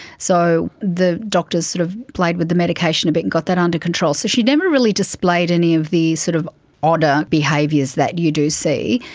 so the doctors sort of played with the medication a bit and got that under control. so she never really displayed any of the sort of odder behaviours that you do see.